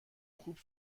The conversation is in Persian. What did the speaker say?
خوب